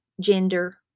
gender